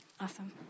Awesome